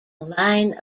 line